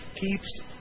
keeps